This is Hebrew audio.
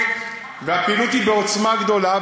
והפעילות היא בעוצמה גדולה,